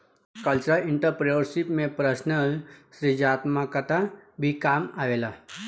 cultural entrepreneurship में personal सृजनात्मकता भी काम आवेला